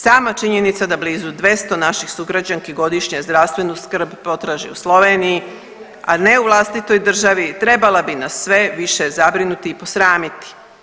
Sama činjenica da 200 naših sugrađanki godišnje zdravstvenu skrb potraži u Sloveniji, a ne u vlastitoj državi trebala bi nas sve više zabrinuti i posramiti.